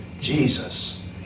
Jesus